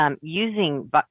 Using